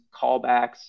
callbacks